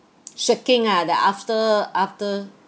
shaking ah the after after